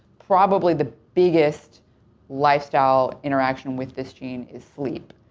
probably the biggest lifestyle interaction with this gene is sleep.